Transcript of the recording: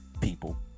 people